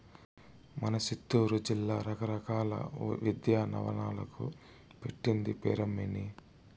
మన సిత్తూరు జిల్లా రకరకాల ఉద్యానవనాలకు పెట్టింది పేరమ్మన్నీ